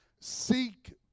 Seek